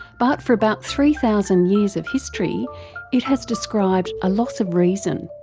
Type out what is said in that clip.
but for about three thousand years of history it has described a loss of reason,